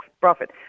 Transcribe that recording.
profit